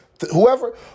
Whoever